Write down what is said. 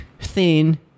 thin